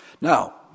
Now